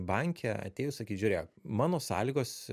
banke atėjus sakyt žiūrėk mano sąlygos